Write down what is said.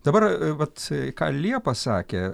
dabar vat ką liepa sakė